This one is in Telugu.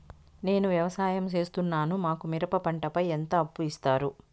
నేను వ్యవసాయం సేస్తున్నాను, మాకు మిరప పంటపై ఎంత అప్పు ఇస్తారు